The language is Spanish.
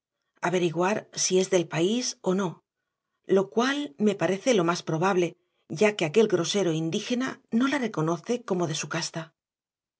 averiguar si es del país o no lo cual me parece lo más probable ya que aquel grosero indígena no la reconoce como de su casta